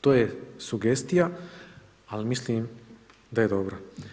to je sugestija, al mislim da je dobro.